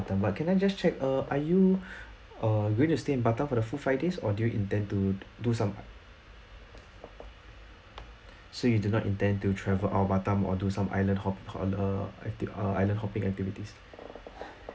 but can I just check err are you err going to stay in batam for the full five days or do you intend to do some i~ so you do not intend to travel out of batam or do some island hop~ hop~ on err acti~ err island hopping activities